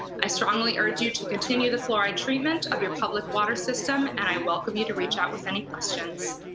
i strongly urge you to continue the fluoride treatment of your public water system. and i welcome you to reach out with any questions.